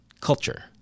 culture